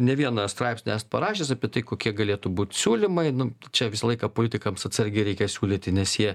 ne vieną straipsnį esat parašęs apie tai kokie galėtų būt siūlymai nu čia visą laiką politikams atsargiai reikia siūlyti nes jie